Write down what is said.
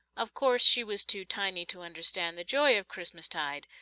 of course, she was too tiny to understand the joy of christmas-tide,